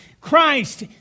Christ